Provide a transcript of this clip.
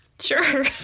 Sure